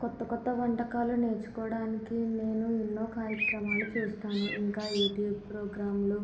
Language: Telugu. కొత్త కొత్త వంటకాలు నేర్చుకోవడానికి నేను ఎన్నో కార్యక్రామాలు చూస్తాను ఇంకా యూట్యూబ్ ప్రోగ్రామ్లు